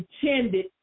intended